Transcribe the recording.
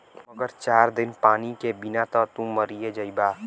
मगर चार दिन पानी के बिना त तू मरिए जइबा